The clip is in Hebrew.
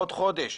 עוד חודש,